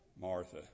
Martha